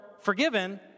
forgiven